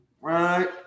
right